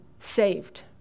saved